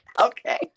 Okay